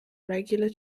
regular